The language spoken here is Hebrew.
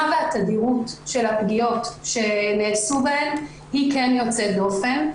והתדירות של הפגיעות שנעשו בהן היא כן יוצאת דופן.